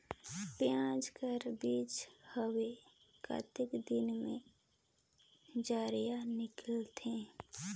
पियाज के बीजा हवे कतेक दिन मे जराई निकलथे?